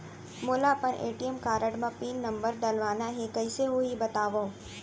मोला अपन ATM card म पिन नंबर डलवाना हे कइसे होही बतावव?